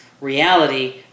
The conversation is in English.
reality